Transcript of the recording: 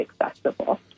accessible